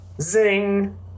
Zing